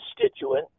constituent